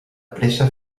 pressa